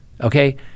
okay